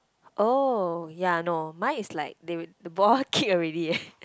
oh yea no mine is like they the ball kick already eh